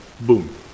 boom